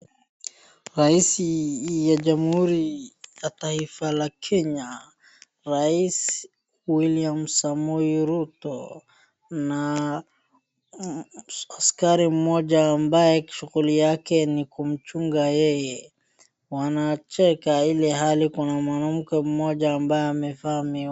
Rais wa jamhuri ya taifa la Kenya, Rais William Samoei Ruto, na askari mmoja ambaye shughuli yake ni kumchunga yeye, wanacheka ilhali kuna mwanamke mmoja ambaye amevaa miwani.